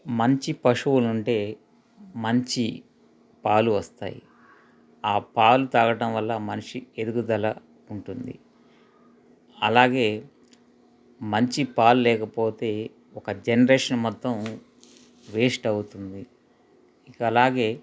మంచి పశువులు ఉంటే మంచి పాలు వస్తాయి ఆ పాలు త్రాగటం వల్ల మనిషి ఎదుగుదల ఉంటుంది అలాగే మంచి పాలు లేకపోతే ఒక జనరేషన్ మొత్తం వేస్ట్ అవుతుంది ఇక అలాగే